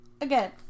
Again